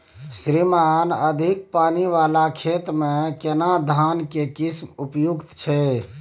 श्रीमान अधिक पानी वाला खेत में केना धान के किस्म उपयुक्त छैय?